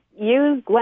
use